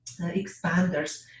expanders